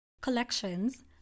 collections